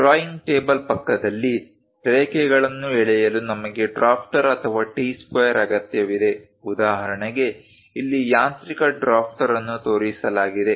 drawing table ಪಕ್ಕದಲ್ಲಿ ರೇಖೆಗಳನ್ನು ಎಳೆಯಲು ನಮಗೆ ಡ್ರಾಫ್ಟರ್ ಅಥವಾ ಟಿ ಸ್ಕ್ವೇರ್ ಅಗತ್ಯವಿದೆ ಉದಾಹರಣೆಗೆ ಇಲ್ಲಿ ಯಾಂತ್ರಿಕ ಡ್ರಾಫ್ಟರ್ ಅನ್ನು ತೋರಿಸಲಾಗಿದೆ